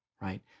right